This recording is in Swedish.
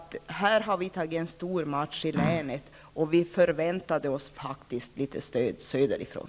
I länet har vi tagit en ordentlig match, och vi förväntade oss faktiskt litet stöd söderifrån.